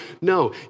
No